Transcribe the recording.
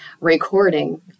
recording